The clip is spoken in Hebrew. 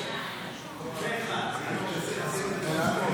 העונשין (תיקון מס' 146 והוראת שעה),